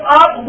up